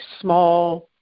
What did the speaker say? small